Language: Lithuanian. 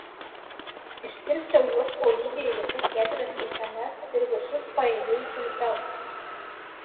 išskirsčiau juos po lygiai į visas keturias kišenes ir visus paeiliui čiulpiau